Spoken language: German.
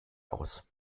aus